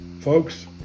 Folks